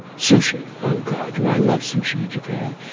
sushi, oh god, do i love sushi in japan!